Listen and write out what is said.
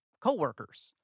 coworkers